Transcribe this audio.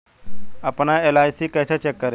अपना एल.आई.सी कैसे चेक करें?